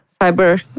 cyber